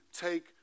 take